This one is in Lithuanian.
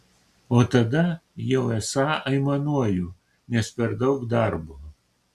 o tada jau esą aimanuoju nes per daug darbo